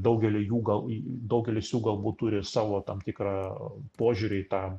daugelio jų gal į daugelis jų galbūt turi savo tam tikrą požiūrį į tą